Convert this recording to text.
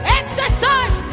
exercise